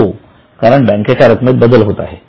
हो कारण बँकेच्या रक्कमेत बदल होत आहे